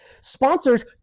Sponsors